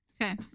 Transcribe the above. Okay